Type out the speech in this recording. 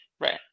Right